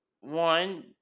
One